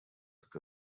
как